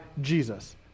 Jesus